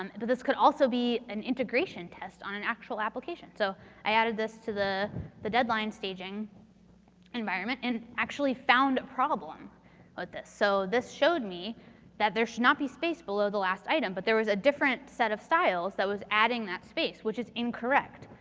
um but this could also be an integration test on an actual application. so i ordered this to the the deadline staging environment and actually found a problem with this. so, this showed me that there should not be space below the last item. but there was a different set of styles that was adding that space, which is incorrect.